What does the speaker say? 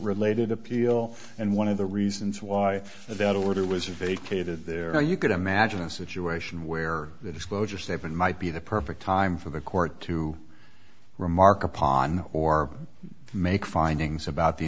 related appeal and one of the reasons why that order was vacated there you could imagine a situation where the disclosure statement might be the perfect time for the court to remark upon or make findings about the